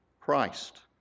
Christ